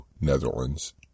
Netherlands